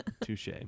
Touche